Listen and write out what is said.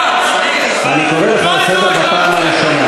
אתה, אני קורא אותך לסדר בפעם הראשונה.